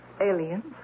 aliens